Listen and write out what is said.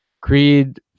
Creed